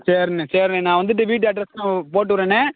சரிண்ணே சரிண்ணே நான் வந்துட்டு வீட்டு அட்ரஸ்ஸு உனக்கு போட்டுவிட்றண்ணே